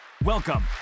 Welcome